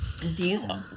Diesel